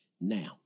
Now